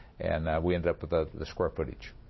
and we ended up with the, the square footage.